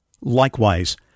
Likewise